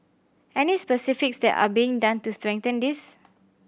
any specifics that are being done to strengthen this